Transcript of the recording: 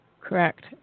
Correct